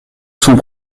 sont